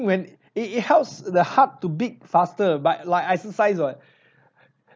when it it helps the heart to beat faster but like exercise [what]